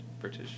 British